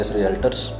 Realtors